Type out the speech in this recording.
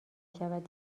شود